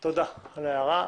תודה על ההערה.